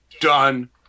done